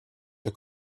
the